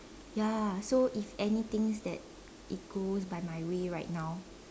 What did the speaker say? ya so if anything that it goes by my way right now